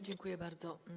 Dziękuję bardzo.